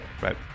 Right